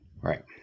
Right